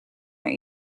naar